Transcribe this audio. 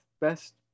best